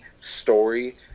story